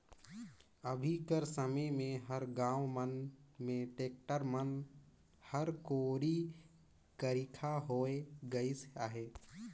अभी कर समे मे हर गाँव मन मे टेक्टर मन हर कोरी खरिखा होए गइस अहे